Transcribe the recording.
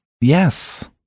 yes